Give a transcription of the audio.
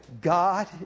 God